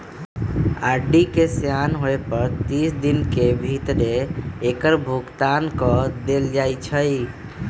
RD के सेयान होय पर तीस दिन के भीतरे एकर भुगतान क देल जाइ छइ